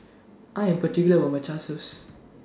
I Am particular about My Nachos